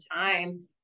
time